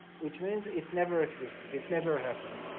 which means it never existed it never happened,